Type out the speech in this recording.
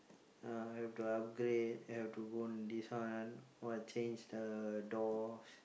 ya have to upgrade have to go and this one what change the doors